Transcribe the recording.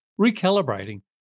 recalibrating